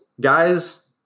guys